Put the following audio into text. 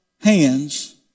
hands